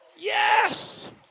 Yes